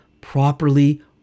properly